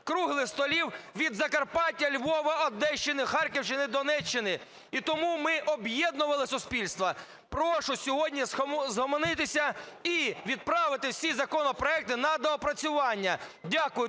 круглих столів від Закарпаття, Львова, Одещини, Харківщини, Донеччини. І тому ми об'єднували суспільство. Прошу сьогодні схаменутися і відправити всі законопроекти на доопрацювання. Дякую.